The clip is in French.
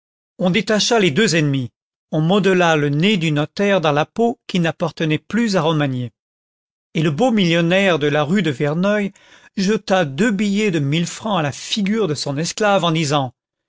on détacha les deux ennemis on modela le nez du notaire dans la peau qui n'appartenait plus à romagné et le beau millionnaire de la rue de verneuil jeta deux billets de mille francs à la figure de son esclave en disant